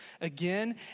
again